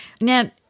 Now